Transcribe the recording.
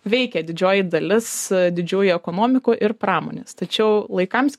veikė didžioji dalis didžiųjų ekonomikų ir pramonės tačiau laikams